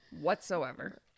whatsoever